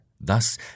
Thus